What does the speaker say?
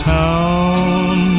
town